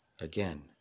Again